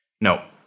No